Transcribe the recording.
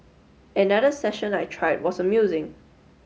another session I tried was amusing